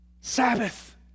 Sabbath